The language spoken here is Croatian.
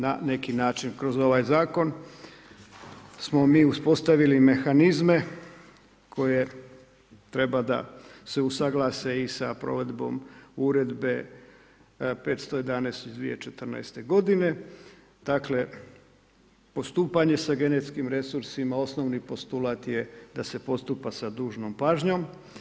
Na neki način kroz ovaj zakon smo mi uspostavili mehanizme koje treba se usuglase i sa provedbe Uredbe 511 iz 2014. godine, dakle postupanje sa genetskim resursima osnovni postulat je da se postupa sa dužnom pažnjom.